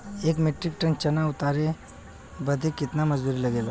एक metric tonne चना उतारे बदे कितना मजदूरी लगे ला?